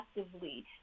actively